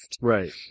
Right